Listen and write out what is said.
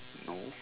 no